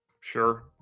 Sure